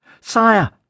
Sire